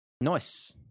Nice